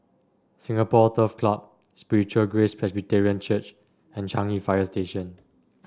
Singapore Turf Club Spiritual Grace Presbyterian Church and Changi Fire Station